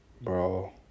Bro